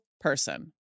person